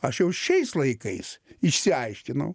aš jau šiais laikais išsiaiškinau